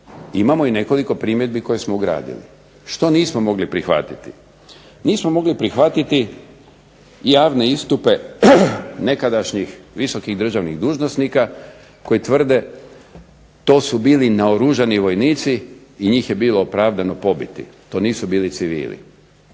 Imamo i nekoliko primjedbi koje smo ugradili. Što nismo mogli prihvatiti? Nismo mogli prihvatiti javne istupe nekadašnjih visokih državnih dužnosnika koji tvrde to su bili naoružani vojnici i njih je bilo opravdano pobiti, to nisu bili civili.